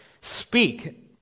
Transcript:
speak